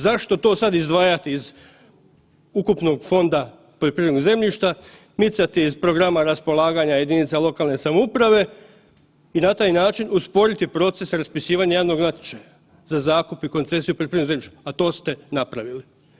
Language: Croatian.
Zašto to sad izdvajati iz ukupnog fonda poljoprivrednog zemljišta, micati iz programa raspolaganja jedinica lokalne samouprave i na taj način usporiti proces raspisivanja javnog natječaja za zakupe i koncesiju poljoprivrednog zemljišta, a to ste napravili.